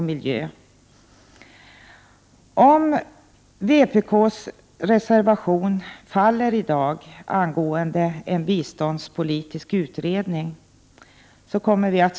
kommer vi att stödja centerns reservation nr 16. Om även folkpartiet ansluter Prot.